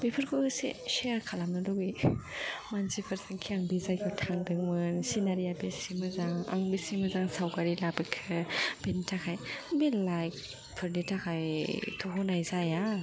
बेफोरखौ एसे शेयार खालामनो लुगैयो मानसिफोरजों कि आं बे जायगायाव थांदोंमोन सिनारिआ बेसे मोजां आं बेसे मोजां सावगारि लाबोखो बिनि थाखाय बे लाइकफोरनि थाखायथ' होनाय जाया